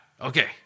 Okay